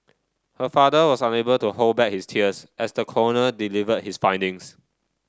her father was unable to hold back his tears as the coroner delivered his findings